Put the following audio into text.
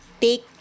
take